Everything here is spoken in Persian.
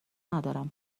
ندارم